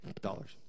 dollars